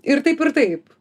ir taip ir taip